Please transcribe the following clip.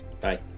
bye